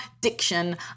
diction